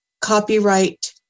copyright